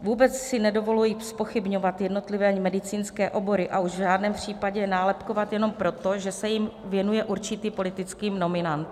Vůbec si nedovoluji zpochybňovat jednotlivé medicínské obory, a už v žádném případě nálepkovat jenom proto, že se jim věnuje určitý politický nominant.